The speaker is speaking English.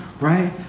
right